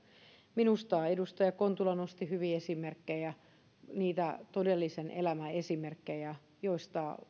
minusta edustaja kontula nosti hyviä esimerkkejä niitä todellisen elämän esimerkkejä joista